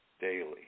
daily